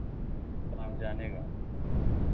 वहाँ से आने का